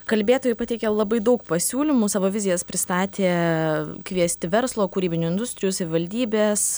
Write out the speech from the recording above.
kalbėtojai pateikė labai daug pasiūlymų savo vizijas pristatė kviesti verslo kūrybinių industrijų savivaldybės